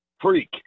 freak